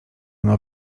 ono